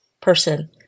person